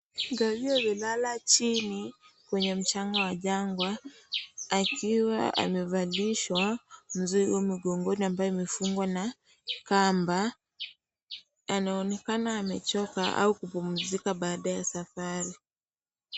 Ngamia amelala chini kwenye mchanga wa jangwa akiwa amevalishwa mzigo mgongoni ambaye imefungwa na kamba . Anaonekana amechoka au kupumzika baada ya safari.